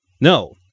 no